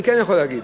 אני כן יכול להגיד